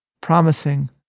promising